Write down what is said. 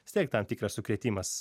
vis tiek tam tikras sukrėtimas